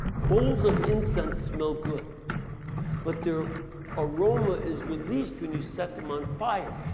bowls of incense smell good but the aroma is released when you set them on fire.